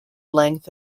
length